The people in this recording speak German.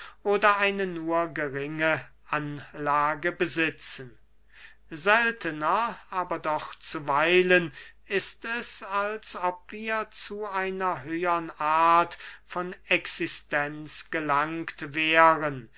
oder eine nur geringe anlage besitzen seltner aber doch zuweilen ist es als ob wir zu einer höhern art von existenz gelangt wären